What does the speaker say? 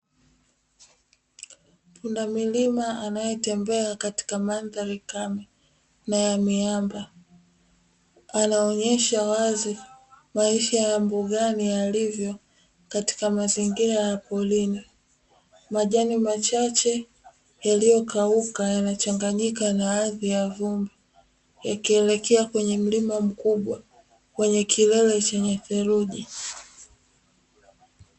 Pundamilia anayetembea katika mandhari kame na ya miamba, anaonyesha wazi maisha ya mbugani yalivyo katika mazingira ya porini. Majani machache yaliyokauka yanachanganyika na ardhi ya vumbi, yakielekea kwenye mlima mkubwa wenye kilele chenye theluji.